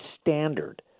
standard